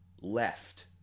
left